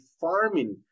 farming